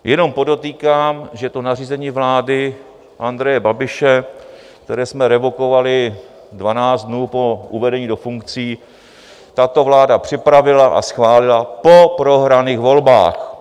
Jenom podotýkám, že to nařízení vlády Andreje Babiše, které jsme revokovali dvanáct dnů po uvedení do funkcí, tato vláda připravila a schválila po prohraných volbách.